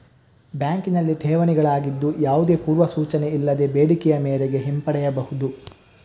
ಬ್ಯಾಂಕಿನಲ್ಲಿ ಠೇವಣಿಗಳಾಗಿದ್ದು, ಯಾವುದೇ ಪೂರ್ವ ಸೂಚನೆ ಇಲ್ಲದೆ ಬೇಡಿಕೆಯ ಮೇರೆಗೆ ಹಿಂಪಡೆಯಬಹುದು